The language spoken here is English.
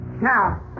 Now